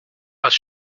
pas